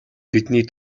бидний